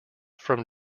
from